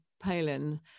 Palin